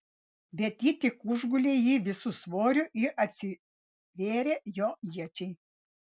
bet ji tik užgulė jį visu svoriu ir atsivėrė jo iečiai